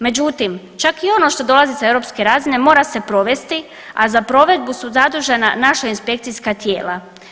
Međutim, čak i ono što dolazi sa europske razine mora se provesti, a za provedbu su zadužena naša inspekcijska tijela.